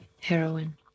heroin